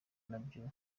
nibyo